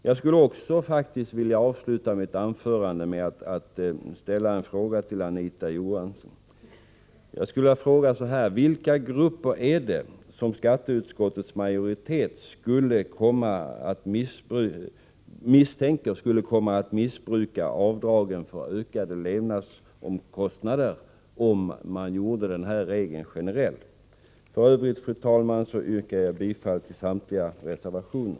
Jag skulle faktiskt också vilja avsluta mitt anförande med att ställa en fråga till Anita Johansson: Vilka grupper är det som skatteutskottets majoritet misstänker skulle komma att missbruka avdragen för ökade levnadskostnader om man gjorde denna regel generell? För övrigt, fru talman, yrkar jag bifall till samtliga reservationer.